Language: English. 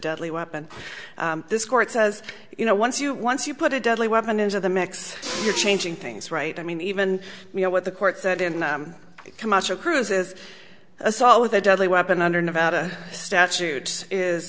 deadly weapon this court says you know once you once you put a deadly weapon into the mix you're changing things right i mean even you know what the court said in the commercial cruise is assault with a deadly weapon under nevada statute is